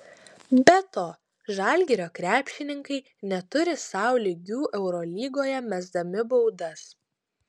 be to žalgirio krepšininkai neturi sau lygių eurolygoje mesdami baudas